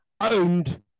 owned